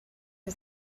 her